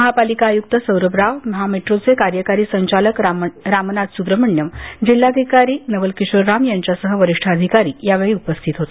महानगर पालिका आयुक्त सौरभ राव महामेट्रोचे कार्यकारी संचालक रामनाथ सुब्रम्हण्यम जिल्हाधिकारी नवलकिशोर राम यांच्यासह वरिष्ठ अधिकारी यावेळी उपस्थित होते